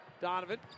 Donovan